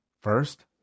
first